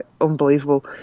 unbelievable